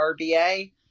RBA